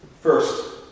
First